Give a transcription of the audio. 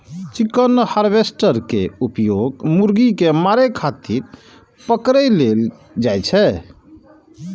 chicken harvester के उपयोग मुर्गी कें मारै खातिर पकड़ै लेल कैल जाइ छै